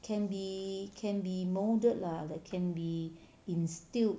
can be can be moulded lah that can be instilled